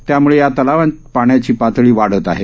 त्यामुळे या तलावांत पाण्याची पातळी वाढत आहे